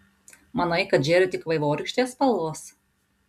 manai kad žėri tik vaivorykštės spalvos